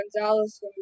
Gonzalez